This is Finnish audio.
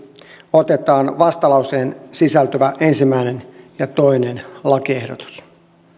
otetaan vastalauseeseen sisältyvät ensimmäinen ja toinen lakiehdotus